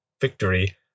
victory